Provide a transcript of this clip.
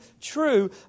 true